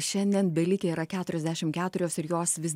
šiandien belikę yra keturiasdešim keturios ir jos vis